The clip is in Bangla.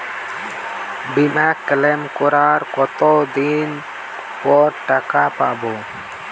বিমা ক্লেম করার কতদিন পর টাকা পাব?